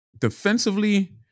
Defensively